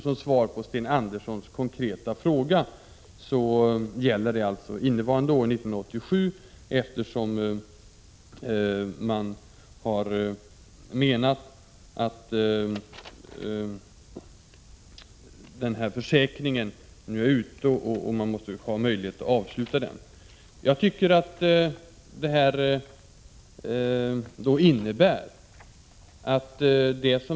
Som svar på Sten Anderssons konkreta fråga vill jag säga att det gäller innevarande år, 1987 — man har menat att försäkringen nu finns och att man måste ha möjlighet att avsluta den.